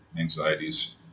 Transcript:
anxieties